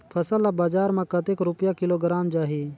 फसल ला बजार मां कतेक रुपिया किलोग्राम जाही?